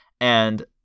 And-